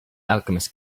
alchemist